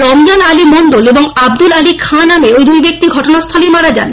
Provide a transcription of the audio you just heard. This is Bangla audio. রমজান আলী মন্ডল এবং আব্দুল আলী খাঁ নামে ঐ দুই ব্যক্তি ঘটনাস্থলেই মারা যান